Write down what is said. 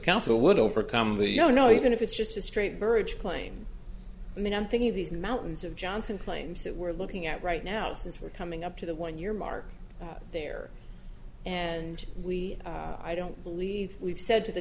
counsel would overcome the you know even if it's just a straight burrage claim i mean i'm thinking of these mountains of johnson claims that we're looking at right now since we're coming up to the one year mark there and we i don't believe we've said to the